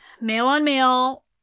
male-on-male